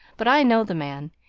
but i know the man.